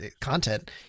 content